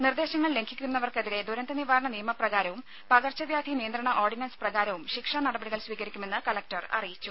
നിർദ്ദേശങ്ങൾ ലംഘിക്കുന്നവർക്കെതിരെ ദുരന്ത നിവാരണ നിയമ പ്രകാരവും പകർച്ചവ്യാധി നിയന്ത്രണ ഓർഡിനൻസ് പ്രകാരവും ശിക്ഷാ നടപടികൾ സ്വീകരിക്കുമെന്ന് കലക്ടർ അറിയിച്ചു